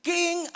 King